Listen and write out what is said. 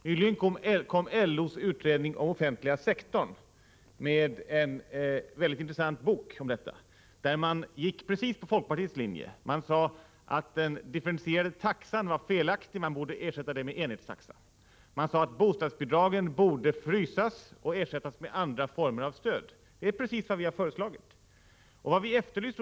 Nyligen kom LO:s utredning om den offentliga sektorn — en mycket intressant bok. Där gick man precis på folkpartiets linje och sade att den differentierade taxan var felaktig och borde ersättas med enhetstaxa. Man sade också att bostadsbidragen borde frysas och ersättas med andra former av stöd. Det är precis vad vi i folkpartiet har föreslagit.